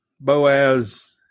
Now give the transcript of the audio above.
Boaz